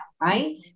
right